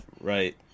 Right